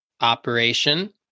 operation